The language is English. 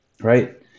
Right